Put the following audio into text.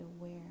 aware